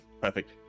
perfect